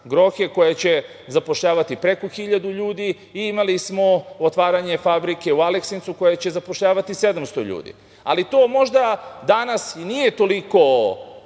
Grohe“ koja će zapošljavati preko 1.000 ljudi i imali smo otvaranje fabrike u Aleksincu koja će zapošljavati 700 ljudi, ali to možda danas nije toliko